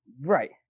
Right